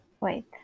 Wait